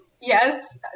Yes